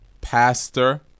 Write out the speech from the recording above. pastor